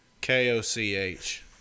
K-O-C-H